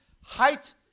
height